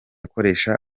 akoresha